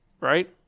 right